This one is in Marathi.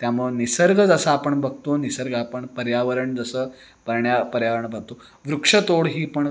त्यामुळं निसर्ग जसा आपण बघतो निसर्ग आपण पर्यावरण जसं पर्ण्या पर्यावरण बघतो वृक्षतोड ही पण